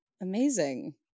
Amazing